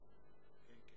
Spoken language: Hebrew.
כן.